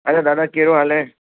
अड़े दादा कहिड़ो हालु आहे